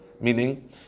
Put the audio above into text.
meaning